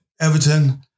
Everton